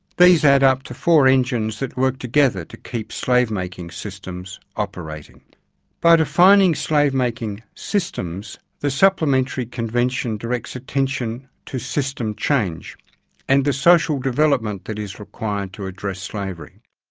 these add up to four engines that work together to keep slave-making systems operatingby but defining slave-making systems, the supplementary convention directs attention to system change and the social development that is required to address slavery.